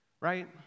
right